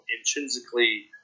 intrinsically